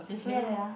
wait ah wait ah